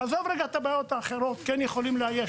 נעזוב רגע את יתר הבעיות ואת השאלה של כן או לא יכולים לאייש,